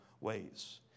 ways